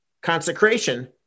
Consecration